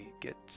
get